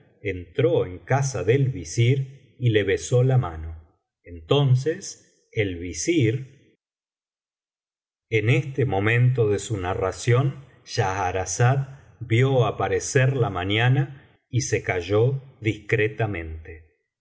entró en casa del visir y le besó la mano entonces el visir en este momento de su narraciónj schahrazada vio aparecer la mañana y se calló discretamente